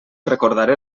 recordaré